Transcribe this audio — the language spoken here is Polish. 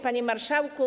Panie Marszałku!